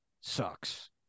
sucks